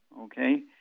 okay